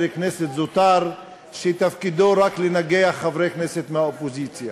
כנסת זוטר שתפקידו רק לנגח חברי כנסת מהאופוזיציה,